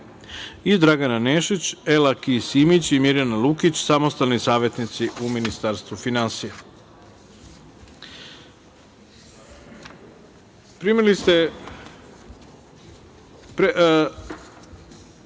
i Dragana Nešić, Ela Ki Simić i Mirjana Lukić, samostalni savetnici u Ministarstvu finansija. Tačka